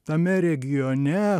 tame regione